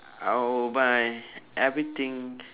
I will buy everything